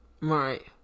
Right